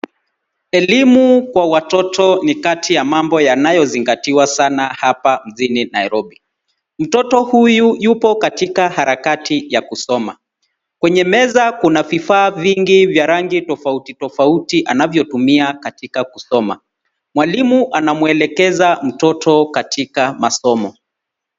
Elimu kwa watoto ni kati ya mambo yanayozingatiwa hapa mjini Nairobi. Mtoto huyu yupo katika harakati ya kusoma. Kwenye meza kuna vifaa vingi vya rangi tofauti tofauti anavyotumia katika kusoma. Mwalimu anamwelekeza mtoto katika masomo.